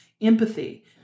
empathy